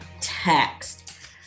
Text